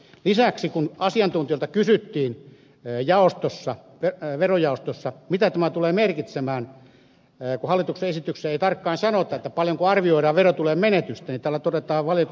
lisäksi kun asiantuntijoilta kysyttiin verojaostossa mitä tämä tulee merkitsemään kun hallituksen esityksessä ei tarkkaan sanota paljonko arvioidaan verotuloja menetettävän niin valiokunnan mietinnön vastalauseessa todetaan näin